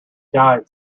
died